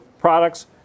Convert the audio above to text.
products